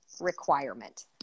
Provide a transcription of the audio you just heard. requirement